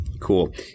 Cool